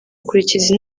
akurikiza